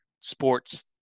sports